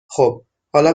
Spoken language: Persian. خوب، حالا